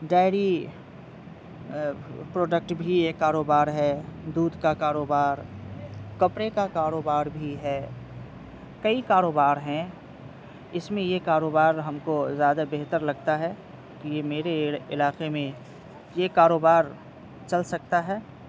dairy product بھی یہ کاروبار ہے دودھ کا کاروبار کپڑے کا کاروبار بھی ہے کئی کاروبار ہیں اس میں یہ کاروبار ہم کو زیادہ بہتر لگتا ہے کہ یہ میرے علاقے میں یہ کاروبار چل سکتا ہے